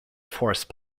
force